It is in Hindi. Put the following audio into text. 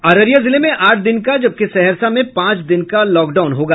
अररिया जिले में आठ दिन का जबकि सहरसा में पांच दिन का लॉकडाउन होगा